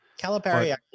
Calipari